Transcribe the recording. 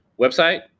website